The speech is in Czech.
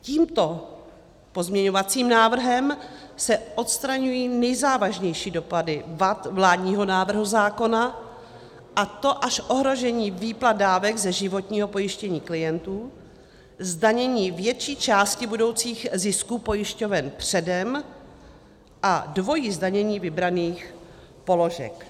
Tímto pozměňovacím návrhem se odstraňují nejzávažnější dopady vad vládního návrhu zákona, a to až ohrožení výplat dávek ze životního pojištění klientů, zdanění větší části budoucích zisků pojišťoven předem a dvojí zdanění vybraných položek.